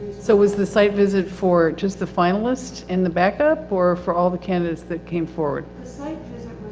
so was the site visit for just the finalist in the backup or for all the candidates that came forward? the site